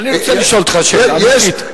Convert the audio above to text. אני רוצה לשאול אותך שאלה אמיתית.